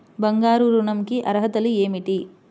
బంగారు ఋణం కి అర్హతలు ఏమిటీ?